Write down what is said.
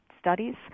studies